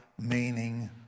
meaning